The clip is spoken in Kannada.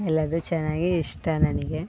ಎಲ್ಲದು ಚೆನ್ನಾಗೆ ಇಷ್ಟ ನನಗೆ